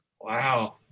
Wow